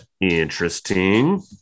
Interesting